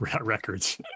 records